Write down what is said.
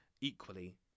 Equally